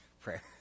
prayer